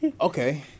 Okay